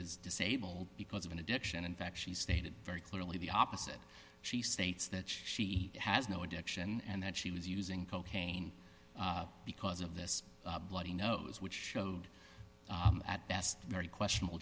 is disabled because of an addiction in fact she stated very clearly the opposite she states that she has no addiction and that she was using cocaine because of this bloody nose which showed at best very questionable